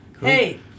Hey